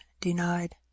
denied